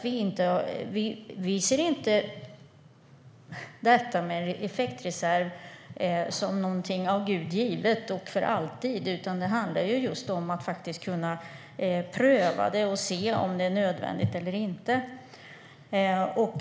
Vi ser inte detta med en effektreserv som någonting av Gud givet som ska finnas för alltid, utan det handlar om att kunna pröva det och se om det är nödvändigt eller inte.